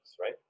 right